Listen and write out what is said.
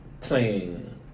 playing